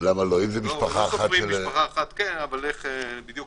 סופרים משפחה אחת, כי איך בדיוק